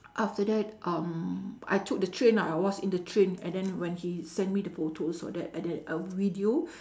after that um I took the train ah I was in the train and then when he send me the photos all that and then the video